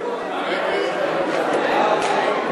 את הצעת חוק הלוואות לדיור (תיקון,